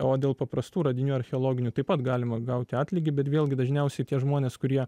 o dėl paprastų radinių archeologinių taip pat galima gauti atlygį bet vėlgi dažniausiai tie žmonės kurie